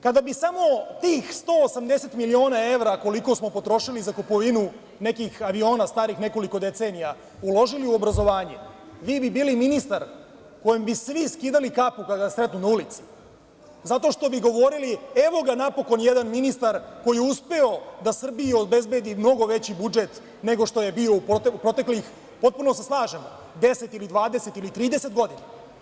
Kada bi samo tih 180 miliona evra koliko smo potrošili za kupovinu nekih aviona starih nekoliko decenija, uložili u obrazovanje, vi bi bili ministar kojem bi svi skidali kapu kada vas sretnu na ulici, zato što bi govorili – evo ga napokon jedan ministar koji je uspeo da Srbiji obezbedi mnogo veći budžet nego što je bio u proteklih 10, 20 ili 30 godina.